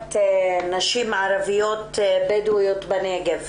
תעסוקת נשים ערביות בדואיות בנגב.